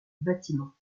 bâtiment